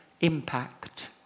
impact